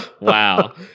wow